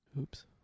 Oops